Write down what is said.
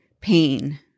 pain